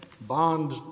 Bond